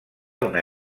una